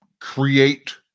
create